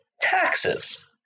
taxes